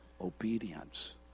obedience